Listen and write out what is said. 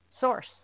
source